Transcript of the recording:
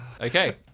Okay